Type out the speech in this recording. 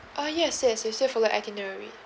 uh yes yes it still follow itinerary